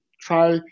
try